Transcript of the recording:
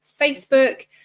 facebook